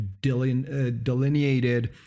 delineated